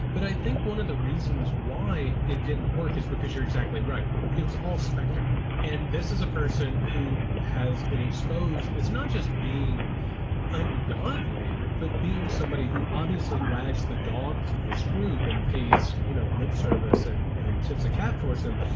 but i think one of the reasons why it didn't work is because you're exactly right. it was all spectacle. and this is a person who has been exposed as not just being ungodly, but being somebody who obviously wags the dog to this group and pays you know lip service and and tips a cat towards them.